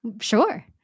Sure